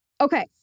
Okay